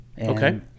okay